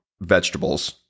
vegetables